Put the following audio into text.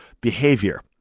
behavior